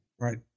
Right